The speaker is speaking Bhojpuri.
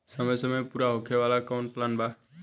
कम समय में पूरा होखे वाला कवन प्लान बा?